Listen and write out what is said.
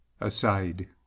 Aside